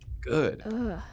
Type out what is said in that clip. good